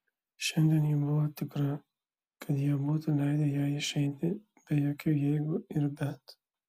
šiandien ji buvo tikra kad jie būtų leidę jai išeiti be jokių jeigu ir bet